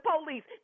police